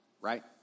Right